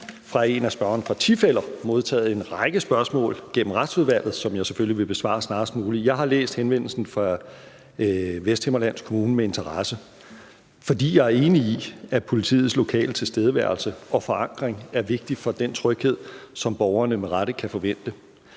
modtaget en række spørgsmål gennem Retsudvalget, som jeg selvfølgelig vil besvare snarest muligt. Jeg har læst henvendelsen fra Vesthimmerlands Kommune med interesse, fordi jeg er enig i, at politiets lokale tilstedeværelse og forankring er vigtig for den tryghed, som borgerne med rette kan forvente.